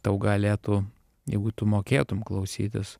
tau galėtų jeigu tu mokėtum klausytis